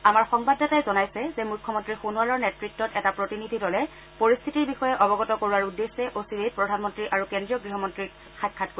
আমাৰ সংবাদদাতাই জনাইছে যে মুখ্যমন্ত্ৰী সোণোৱালৰ নেতত্তত এটা প্ৰতিনিধি দলে পৰিস্থিতিৰ বিষয়ে অৱগত কৰোৱাৰ উদ্দেশ্যে অচিৰে প্ৰধানমন্ত্ৰী আৰু কেন্দ্ৰীয় গৃহমন্ত্ৰীক সাক্ষাৎ কৰিব